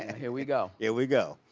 here we go. here we go.